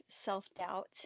self-doubt